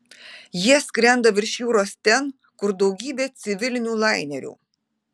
jie skrenda virš jūros ten kur daugybė civilinių lainerių